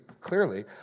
clearly